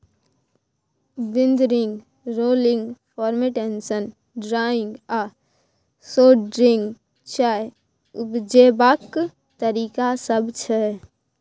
withering, rolling, fermentation, drying आ sorting चाय उपजेबाक तरीका सब छै